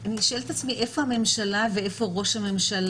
אני שואלת את עצמי איפה הממשלה ואיפה ראש הממשלה